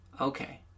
okay